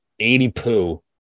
80-poo